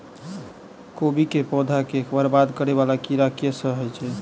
कोबी केँ पौधा केँ बरबाद करे वला कीड़ा केँ सा है?